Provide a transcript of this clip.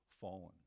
fallen